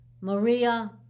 Maria